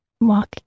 walk